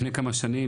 לפני כמה שנים,